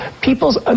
People's